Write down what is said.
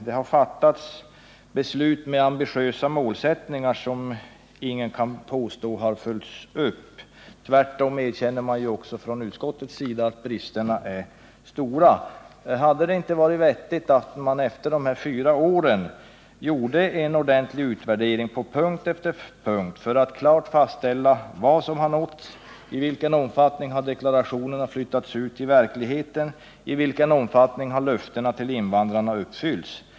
Det har fattats beslut med ambitiösa målsättningar som ingen kan påstå har följts upp. Tvärtom erkänner också utskottet att bristerna har varit stora. Hade det inte varit vettigt att efter de här fyra åren göra en ordentlig utvärdering på punkt efter punkt? Därigenom skulle man klart kunna fastställa vad som har uppnåtts, i vilken omfattning deklarationerna har flyttats ut i verkligheten och i vilken omfattning löftena till invandrarna har uppfyllts.